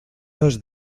dos